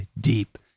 deep